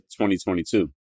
2022